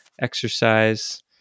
exercise